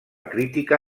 crítica